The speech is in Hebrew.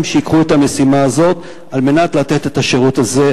שייקחו את המשימה הזאת על מנת לתת את השירות הזה,